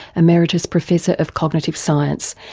emeritus professor of cognitive science,